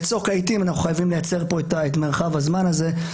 בצוק העתים אנחנו חייבים לייצר פה את מרחב הזמן הזה,